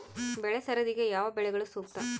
ಬೆಳೆ ಸರದಿಗೆ ಯಾವ ಬೆಳೆಗಳು ಸೂಕ್ತ?